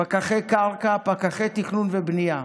פקחי קרקע, פקחי תכנון ובנייה.